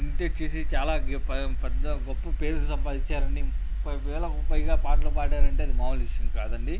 imitate చేసి చాలా పెద్ద గొప్ప పేరు సంపాదించారండి ముప్పై వేలకు పైగా పాటలు పాడారంటే అది మామూలు విషయం కాదండి